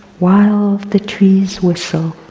while the trees whistle.